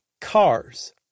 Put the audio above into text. Cars